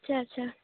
ଆଚ୍ଛା ଆଚ୍ଛା